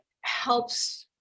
helps